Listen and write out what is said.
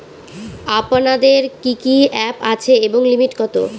আপনাদের কি কি অ্যাপ আছে এবং লিমিট কত?